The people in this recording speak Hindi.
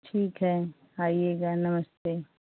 ठीक है आइएगा नमस्ते